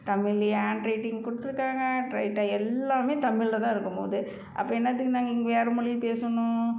தமிழிலயே handwriting கொடுத்துருக்காங்க ட்ரைட்ட எல்லாமே தமிழிலதான் இருக்கும் போது அப்புறம் என்னத்துக்கு நாங்கள் இங்கே வேறே மொழிகள் பேசணும்